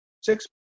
six